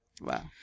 Wow